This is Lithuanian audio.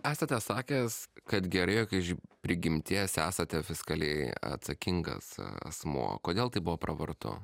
esate sakęs kad gerai jog iš prigimties esate fiskaliai atsakingas asmuo kodėl tai buvo pravartu